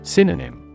Synonym